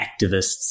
activists